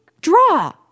draw